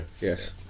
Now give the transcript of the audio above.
yes